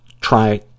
try